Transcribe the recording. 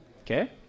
okay